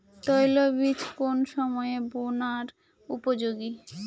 তৈলবীজ কোন সময়ে বোনার উপযোগী?